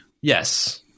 Yes